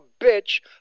bitch